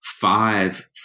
five